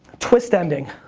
twist ending.